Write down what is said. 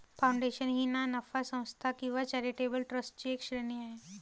foundation ही ना नफा संस्था किंवा चॅरिटेबल ट्रस्टची एक श्रेणी आहे